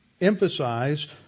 emphasized